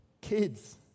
Kids